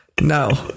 no